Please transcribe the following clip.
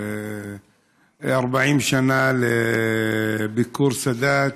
40 שנה לביקור סאדאת,